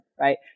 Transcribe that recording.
right